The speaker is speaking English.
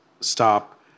stop